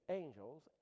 angels